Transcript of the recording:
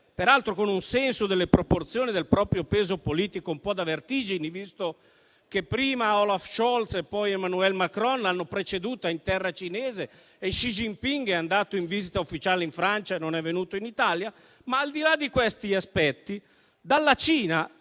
peraltro con un senso delle proporzioni e del proprio peso politico un po' da vertigini, visto che prima Olaf Scholz e poi Emmanuel Macron l'hanno preceduta in terra cinese e Xi Jinping è andato in visita ufficiale in Francia, ma non è venuto in Italia. Ma, al di là di questi aspetti, dalla Cina,